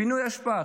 פינוי אשפה,